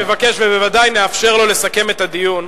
השר בגין מבקש ובוודאי נאפשר לו לסכם את הדיון.